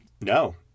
no